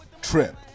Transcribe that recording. trip